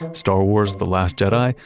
star wars the last jedi,